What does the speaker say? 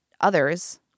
others